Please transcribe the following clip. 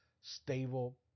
stable